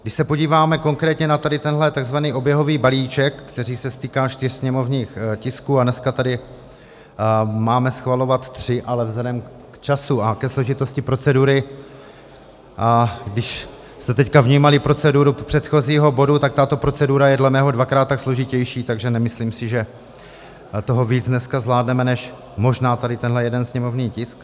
Když se podíváme konkrétně na tento tzv. oběhový balíček, který se týká čtyř sněmovních tisků, a dneska tady máme schvalovat tři, ale vzhledem k času a ke složitosti procedury, když jste teď vnímali proceduru předchozího bodu, tak tato procedura je dle mého dvakrát složitější, takže nemyslím si, že toho víc dneska zvládneme než možná tento jeden sněmovní tisk.